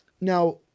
Now